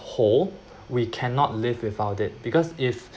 whole we cannot live without it because if